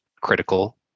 critical